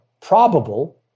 probable